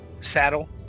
saddle